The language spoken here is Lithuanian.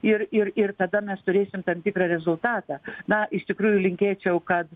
ir ir ir tada mes turėsim tam tikrą rezultatą na iš tikrųjų linkėčiau kad